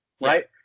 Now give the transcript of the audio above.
right